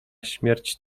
śmierć